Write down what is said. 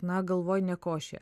na galvoj ne košė